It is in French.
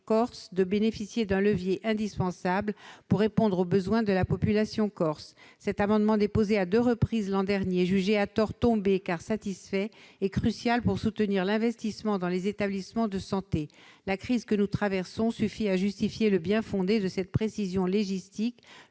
de bénéficier d'un levier indispensable pour répondre aux besoins de la population. Cet amendement, déposé à deux reprises l'an dernier, jugé à tort satisfait, est crucial afin de soutenir l'investissement dans les établissements de santé. La crise que nous traversons suffit à justifier le bien-fondé de cette précision légistique,